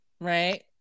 right